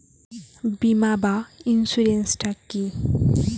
বিমা বা ইন্সুরেন্স টা কি?